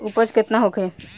उपज केतना होखे?